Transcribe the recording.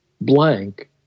blank